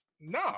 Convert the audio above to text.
no